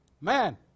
Man